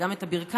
וגם את הברכיים,